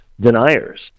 deniers